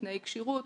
תנאי כשירות,